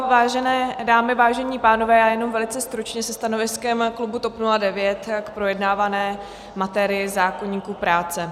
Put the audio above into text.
Vážené dámy, vážení pánové, já jenom velice stručně se stanoviskem klubu TOP 09 k projednávané materii, zákoníku práce.